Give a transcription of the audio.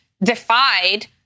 defied